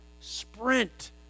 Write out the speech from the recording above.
sprint